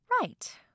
Right